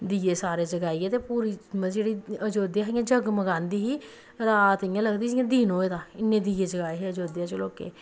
दीये सारे जगाइयै ऐ ते पूरी मतलब जेह्ड़ी आयोध्या ही जगमगांदी ही रात इ'यां लगदी जि'यां दिन होऐ दा इन्नै दीये जगाए हे आयोध्या च लोकें